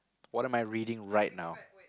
what am I reading right now